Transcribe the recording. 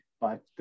but-